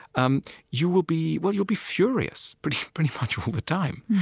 um you will be well, you'll be furious pretty pretty much all the time.